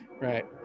right